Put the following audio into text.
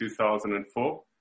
2004